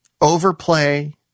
overplay